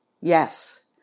Yes